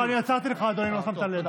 לא, אני עצרתי לך, אדוני, אם לא שמת לב.